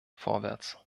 vorwärts